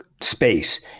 space